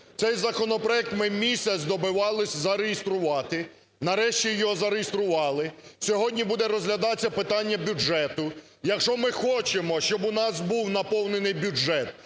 Цей законопроект ми місяць добивалися зареєструвати, нарешті його зареєстрували, сьогодні буде розглядатися питання бюджету. Якщо ми хочемо, щоб у нас був наповнений бюджет,